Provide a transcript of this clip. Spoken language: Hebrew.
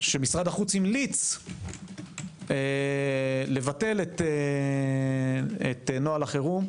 שמשרד החוץ המליץ לבטל את נוהל החירום,